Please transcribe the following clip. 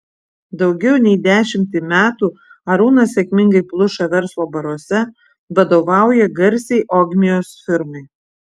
daugiau nei dešimtį metų arūnas sėkmingai pluša verslo baruose vadovauja garsiai ogmios firmai